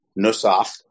Nusaf